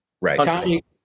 right